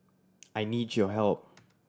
I need your help